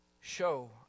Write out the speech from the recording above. show